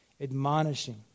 Admonishing